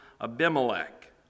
Abimelech